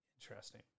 Interesting